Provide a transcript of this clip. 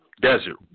desert